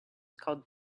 called